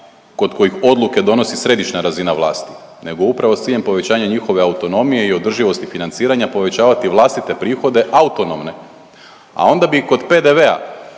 kod kojih odluke donosi središnja razina vlasti nego upravo s ciljem povećanja njihove autonomije i održivosti financiranja povećavati vlastite prihode autonomne, a onda bi kod PDV-a